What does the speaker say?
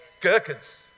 gherkins